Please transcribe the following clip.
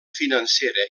financera